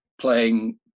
playing